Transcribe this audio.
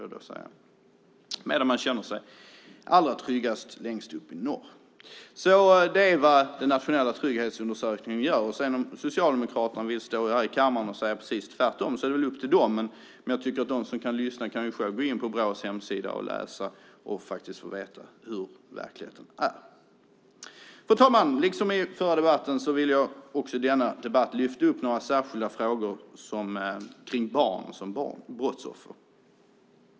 Man känner sig allra tryggast längst uppe i norr. Detta är vad den nationella trygghetsundersökningen har kommit fram till. Om sedan Socialdemokraterna vill stå här i kammaren och säga att det är precis tvärtom är det väl upp till dem. De som lyssnar kan själva gå in på Brås hemsida och läsa och få veta hur verkligheten ser ut. Fru talman! Liksom i förra debatten vill jag också i denna debatt lyfta upp några särskilda frågor som gäller barn som brottsoffer.